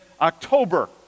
October